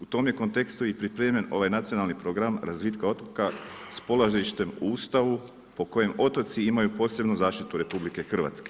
U tom je kontekstu i pripremljen ovaj nacionalni program razvitka otoka s polazištem u Ustavu po kojem otoci imaju posebnu zaštitu RH.